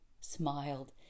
smiled